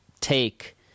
take